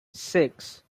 six